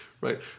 right